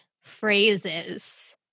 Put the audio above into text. phrases